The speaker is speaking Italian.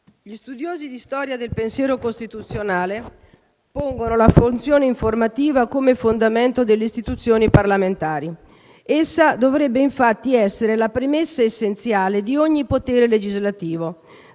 gli studiosi di storia del pensiero costituzionale pongono la funzione informativa come fondamento delle istituzioni parlamentari. Essa dovrebbe, infatti, essere la premessa essenziale di ogni potere legislativo,